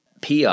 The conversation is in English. PR